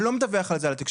אני לא מדווח את זה לתקשורת,